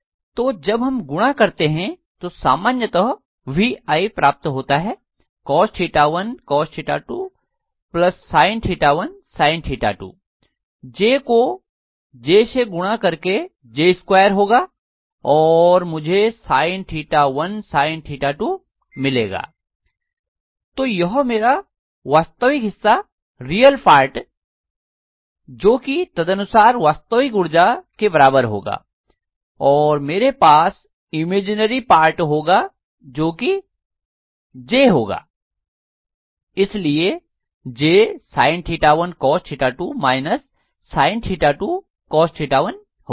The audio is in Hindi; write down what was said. तो जब हम गुणा करते हैं तो सामान्यतः VI प्राप्त होता है cos 1 cos 2 sin 1 sin 2 J को J से गुणा करके j2 होगा और मुझे मिलेगा तो यह मेरा वास्तविक हिस्सा जो कि तदनुसार वास्तविक ऊर्जा के बराबर होगा और मेरे पास इमैजिनरी पार्ट होगा जो कि J होगा इसलिए j sin1 cos 2 − sin2 cos 1 होगा